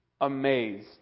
Amazed